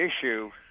issue